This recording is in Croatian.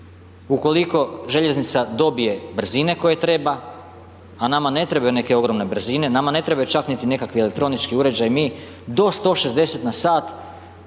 Ukoliko željeznica dobije brzine koje treba, a nama ne trebaju neke ogromne brzine, nama ne trebaju čak niti nekakvi elektronički uređaji, mi do 160 km/h